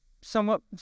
somewhat